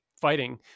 fighting